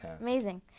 Amazing